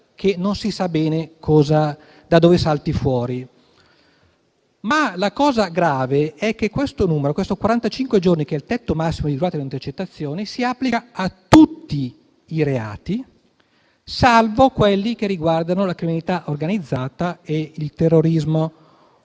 che non si sa bene da dove salti fuori. La cosa grave è che questo numero di quarantacinque giorni, che è il tetto massimo di durata delle intercettazioni, si applica a tutti i reati, salvo quelli che riguardano la criminalità organizzata e il terrorismo. Lo ripeto: